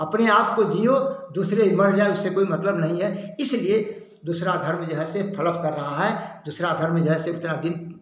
अपने आपको जीओ दूसरे मर जाएँ उससे कोई मतलब नहीं है इसलिए दूसरा धर्म जो है से फलफ पड़ रहा है दूसरा धर्म जो है से इतना दिन